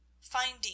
Finding